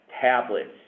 tablets